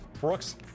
Brooks